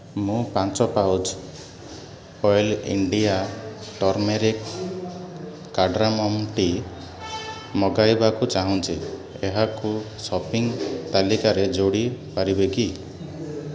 ମୁଁ ପାଞ୍ଚ pouch oil India turmeric cardamom tea ମଗାଇବାକୁ ଚାହୁଁଛି ଏହାକୁ ସପିଂ ତାଲିକାରେ ଯୋଡ଼ି ପାରିବେ କି